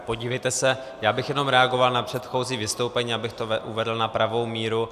Podívejte se, já bych jenom reagoval na předchozí vystoupení, abych to uvedl na pravou míru.